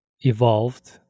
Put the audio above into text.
evolved